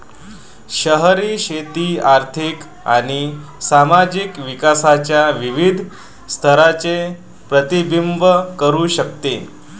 शहरी शेती आर्थिक आणि सामाजिक विकासाच्या विविध स्तरांचे प्रतिबिंबित करू शकते